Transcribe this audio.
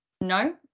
No